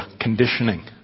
conditioning